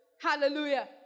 Hallelujah